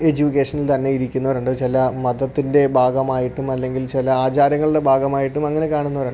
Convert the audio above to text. എജ്യൂക്കേഷനിൽ തന്നെ ഇരിക്കുന്നവരുണ്ട് ചില മതത്തിൻ്റെ ഭാഗമായിട്ടും അല്ലെങ്കിൽ ചില ആചാരങ്ങളുടെ ഭാഗമായിട്ടും അങ്ങനെ കാണുന്നോരുണ്ട്